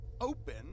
open